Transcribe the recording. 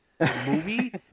Movie